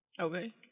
Okay